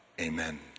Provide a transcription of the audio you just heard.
amen